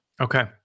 Okay